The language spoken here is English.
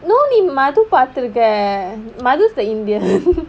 நீ:nee madu பாத்து இருக்க:paathu irukka madu is the indian